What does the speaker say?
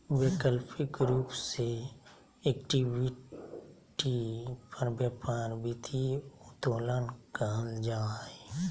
वैकल्पिक रूप से इक्विटी पर व्यापार वित्तीय उत्तोलन कहल जा हइ